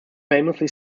famously